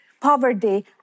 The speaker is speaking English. poverty